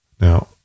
Now